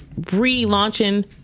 relaunching